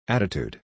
Attitude